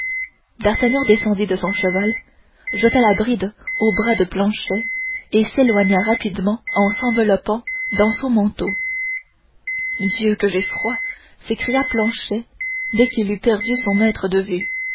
d'artagnan descendit de son cheval jeta la bride au bras de planchet et s'éloigna rapidement en s'enveloppant dans son manteau dieu que j'ai froid s'écria planchet dès qu'il eut perdu son maître de vue